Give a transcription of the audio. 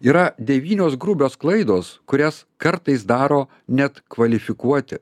yra devynios grubios klaidos kurias kartais daro net kvalifikuoti